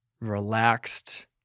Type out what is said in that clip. relaxed